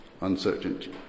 uncertainty